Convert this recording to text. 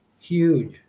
huge